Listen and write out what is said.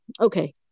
Okay